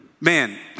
Man